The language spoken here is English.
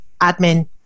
admin